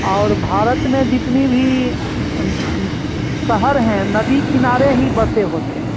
और भारत में जितनी भी शहर है नदी किनारे ही बसे होते हैं